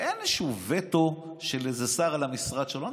ואין איזשהו וטו של איזה שר על המשרד שלו.